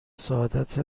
سعادتت